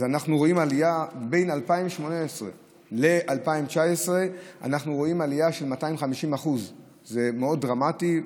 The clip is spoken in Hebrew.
אז בין 2018 ל-2019 אנחנו רואים עלייה של 250%. זה מאוד דרמטי.